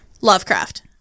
Lovecraft